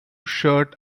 shirt